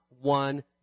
one